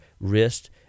wrist